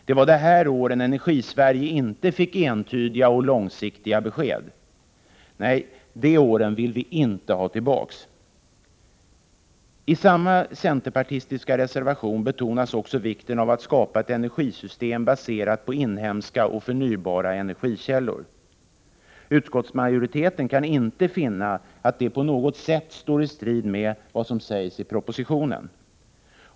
Det var under de här åren Energisverige inte fick entydiga och långsiktiga besked. De åren vill vi inte ha tillbaka. I samma centerpartistiska reservation betonas också vikten av att skapa ett energisystem baserat på inhemska och förnybara energikällor. Utskottsmajoriteten kan inte finna att detta på något sätt står i strid med vad som sägs i propositionen.